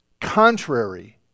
contrary